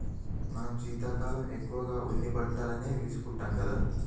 మనం శీతాకాలం ఎక్కువగా ఉన్ని బట్టలనే వేసుకుంటాం కదా